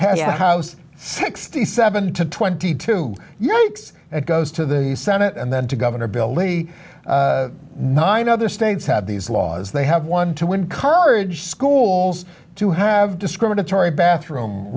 house sixty seven to twenty two you know it goes to the senate and then to governor bill lee nine other states have these laws they have one to encourage schools to have discriminatory bathroom